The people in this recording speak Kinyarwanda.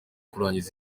kurangira